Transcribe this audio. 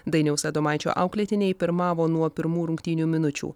dainiaus adomaičio auklėtiniai pirmavo nuo pirmų rungtynių minučių